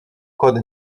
code